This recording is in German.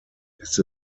ist